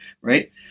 right